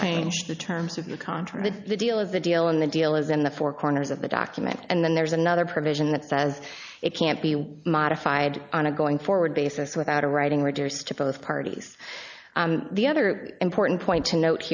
change the terms of the contract the deal is the deal and the deal is in the four corners of the document and then there's another provision that says it can't be modified on a going forward basis without a writing reduce to both parties the other important point to note